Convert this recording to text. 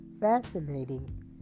fascinating